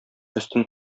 өстен